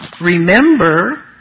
remember